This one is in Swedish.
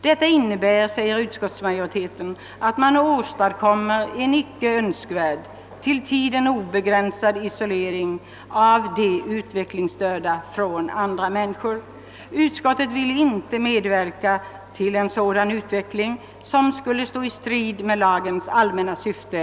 Detta innebär», säger ut :skottsmajoriteten, »att man åstadkommer en icke önskvärd, till tiden obegränsad isolering av de utvecklingsstörda från andra människor. Utskottet vill inte medverka till en sådan utveckling, som :skulle stå i strid mot lagens allmänna syfte.